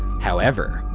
however,